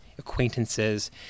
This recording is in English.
acquaintances